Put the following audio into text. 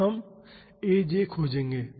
अब हम aj खोजेंगे